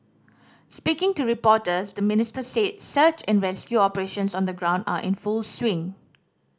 speaking to reporters the Minister said search and rescue operations on the ground are in full swing